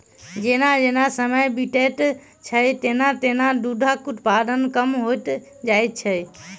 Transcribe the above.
जेना जेना समय बीतैत छै, तेना तेना दूधक उत्पादन कम होइत जाइत छै